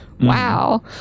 Wow